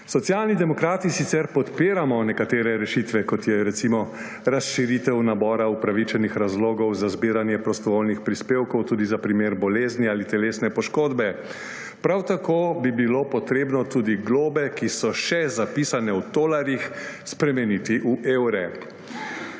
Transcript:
Socialni demokrati sicer podpiramo nekatere rešitve, kot je recimo razširitev nabora upravičenih razlogov za zbiranje prostovoljnih prispevkov tudi za primer bolezni ali telesne poškodbe. Prav tako bi bilo potrebno tudi globe, ki so še zapisane v tolarjih, spremeniti v evre.